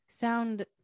sound